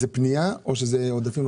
זאת פנייה או שאלה עודפים?